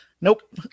Nope